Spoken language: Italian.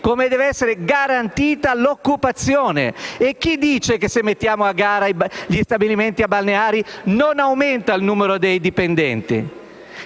come deve essere garantita l'occupazione. Chi dice che se mettiamo a gara gli stabilimenti balneari non aumenta il numero dei dipendenti?